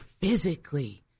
physically